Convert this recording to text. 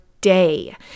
day